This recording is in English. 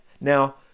Now